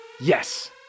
Yes